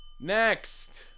Next